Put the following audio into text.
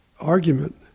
Argument